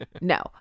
No